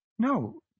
No